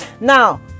Now